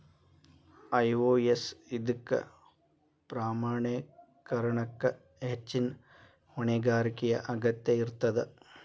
IOS ಇದಕ್ಕ ಪ್ರಮಾಣೇಕರಣಕ್ಕ ಹೆಚ್ಚಿನ್ ಹೊಣೆಗಾರಿಕೆಯ ಅಗತ್ಯ ಇರ್ತದ